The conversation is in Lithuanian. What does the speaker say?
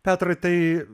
petrai tai